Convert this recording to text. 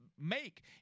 make